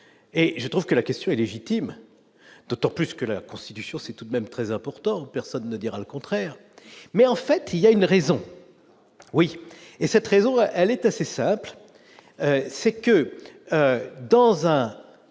et je trouve que la question est légitime, d'autant plus que la Constitution, c'est tout de même très important, personne ne dira le contraire, mais en fait il y a une raison oui et cette raison elle est assez simple, c'est que dans un